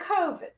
COVID